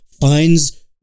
finds